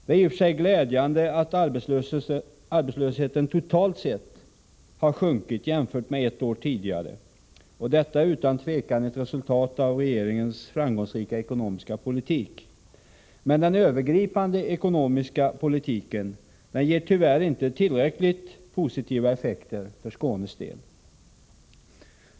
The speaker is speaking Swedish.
Det är i och för sig glädjande att arbetslösheten totalt sett har sjunkit jämfört med ett år tidigare, och detta är utan tvivel ett resultat av regeringens framgångsrika ekonomiska politik. Men den övergripande ekonomiska politiken ger tyvärr inte tillräckligt positiva effekter för Skånes del.